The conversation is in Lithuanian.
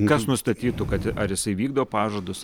kas nustatytų kad ar jisai vykdo pažadus